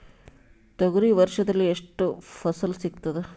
ತೊಗರಿ ವರ್ಷದಲ್ಲಿ ಎಷ್ಟು ಫಸಲ ಸಿಗತದ?